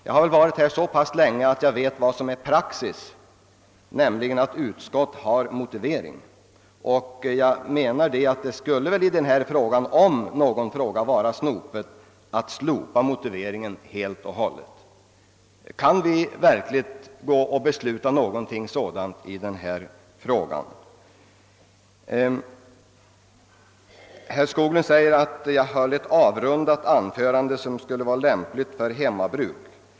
Jag har varit här så pass länge, att jag vet vad som är praxis, nämligen att utskotten har motiveringar för sina utlåtanden. I denna fråga, om någon, skulle det väl vara snopet att slopa motiveringen helt och hållet. Kan vi verkligen besluta någonting sådant i den här frågan? Herr Skoglund säger att jag höll ett avrundat anförande, som skulle vara lämpligt för hemmabruk.